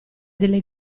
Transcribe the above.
delle